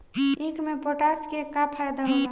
ईख मे पोटास के का फायदा होला?